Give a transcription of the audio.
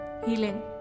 Healing